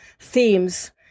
themes